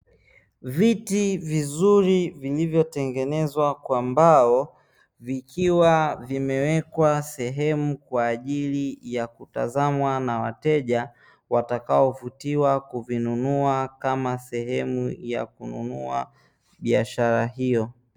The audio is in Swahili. Viti vizuri vilivyotengenezwa kwa mbao, vikiwa vimewekwa sehemu kwa ajili ya kutazamwa na wateja; watakaovutiwa kuvinunua kama sehemu ya kununua biashara hiyo.